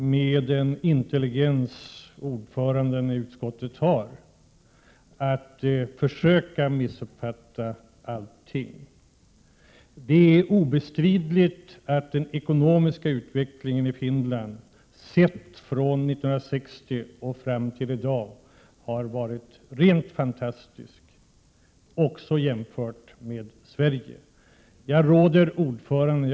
Med den intelligens ordföranden i utskottet har är det inte nödvändigt att försöka missuppfatta allting. Det är obestridligt att den ekonomiska utvecklingen i Finland från 1960 och fram till i dag har varit rent fantastisk, också jämfört med utvecklingen i Sverige.